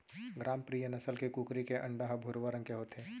ग्रामप्रिया नसल के कुकरी के अंडा ह भुरवा रंग के होथे